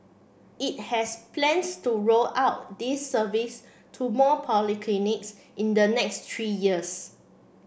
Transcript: it has plans to roll out this service to more polyclinics in the next three years